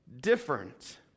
different